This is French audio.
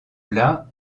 plat